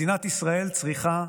מדינת ישראל צריכה